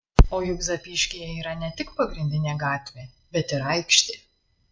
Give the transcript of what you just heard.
o juk zapyškyje yra ne tik pagrindinė gatvė bet ir aikštė